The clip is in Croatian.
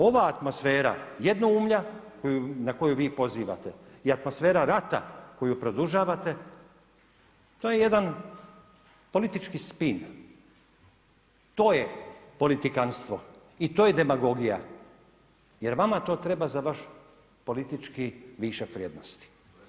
Ova atmosfera jednoumlja na koju vi pozivate je atmosfera rata koju produžavate, to je jedan politički spin, to je politikanstvo i to je demagogija jer vama to treba za vaš politički višak vrijednosti.